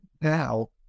now